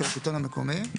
יש נציג של השלטון המקומי.